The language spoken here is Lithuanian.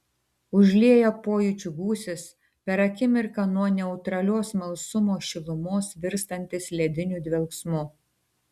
užlieja pojūčių gūsis per akimirką nuo neutralios smalsumo šilumos virstantis lediniu dvelksmu